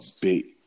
big